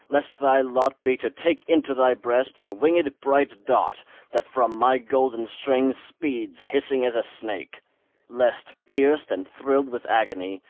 lest thy lot be to take into thy breast the winged bright dart that from my golden string speeds hissing as a snake lest, pierced and thrilled with agony,